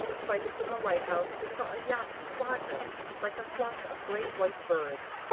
twice from the lighthouse we saw a yacht squadron like a flock of great white birds.